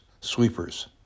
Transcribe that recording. sweepers